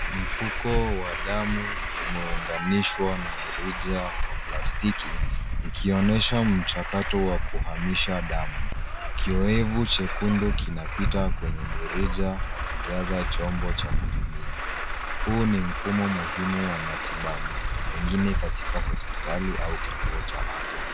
Mfuko wa damu umeunganishwa na mrija wa plastiki, ikionyesha mchakato wa kuhamisha damu. Kioevu chekundu kinapita kwenye mirija na kujaza chombo cha kupimia. Huu ni mfumo muhimu wa matibabu, pengine katika hospitali, au kituo cha afya.